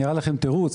תירוץ,